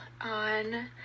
on